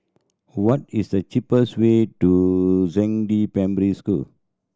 what is the cheapest way to Zhangde Primary School